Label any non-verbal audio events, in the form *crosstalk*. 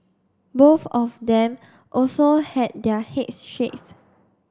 both of them also had their heads *noise* shaved